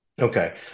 Okay